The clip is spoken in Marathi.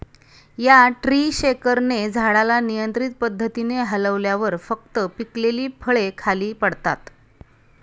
या ट्री शेकरने झाडाला नियंत्रित पद्धतीने हलवल्यावर फक्त पिकलेली फळे खाली पडतात